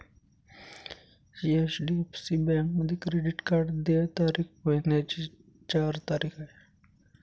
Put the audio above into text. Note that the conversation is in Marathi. एच.डी.एफ.सी बँकेमध्ये क्रेडिट कार्ड देय तारीख महिन्याची चार तारीख आहे